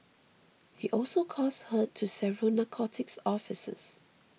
he also caused hurt to several narcotics officers